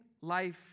life